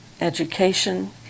education